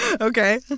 Okay